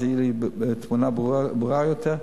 אז תהיה לי תמונה ברורה יותר.